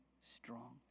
strong